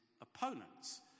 opponents